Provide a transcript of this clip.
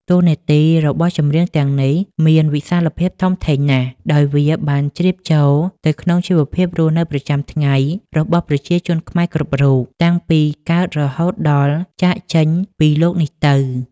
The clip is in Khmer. តួនាទីរបស់ចម្រៀងទាំងនេះមានវិសាលភាពធំធេងណាស់ ដោយវាបានជ្រាបចូលទៅក្នុងជីវភាពរស់នៅប្រចាំថ្ងៃរបស់ប្រជាជនខ្មែរគ្រប់រូប តាំងពីកើតរហូតដល់ចាកចេញពីលោកនេះទៅ។